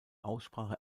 aussprache